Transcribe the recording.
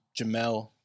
Jamel